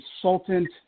consultant